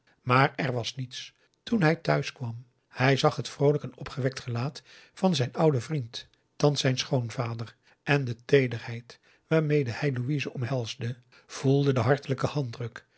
maar er was niets toen hij t'huis kwam hij zag het vroolijk en opgewekt gelaat van zijn ouden vriend thans zijn schoonvader en de teederheid waarmede hij louise omhelsde voelde den hartelijken handdruk